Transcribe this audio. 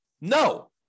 No